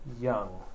young